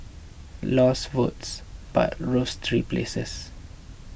lost votes but rose three places